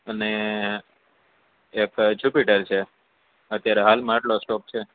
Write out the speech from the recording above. અને એક જૂપિટર છે અત્યારે હાલ માં આટલો સ્ટોક છે